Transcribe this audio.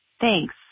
Thanks